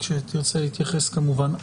שתרצה להתייחס כמובן.